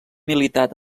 militat